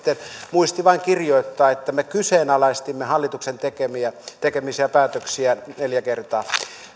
muisti vain kirjoittaa että me kyseenalaistimme hallituksen tekemiä päätöksiä neljä kertaa